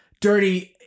Dirty